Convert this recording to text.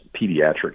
pediatric